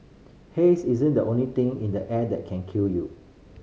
haze isn't the only thing in the air that can kill you